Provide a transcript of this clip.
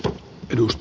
kun ed